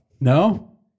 no